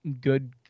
good